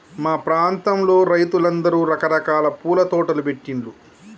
మా ప్రాంతంలో రైతులందరూ రకరకాల పూల తోటలు పెట్టిన్లు